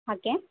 હા કેમ